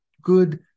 good